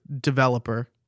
developer